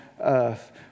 Earth